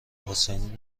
حسینی